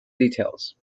details